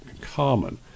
common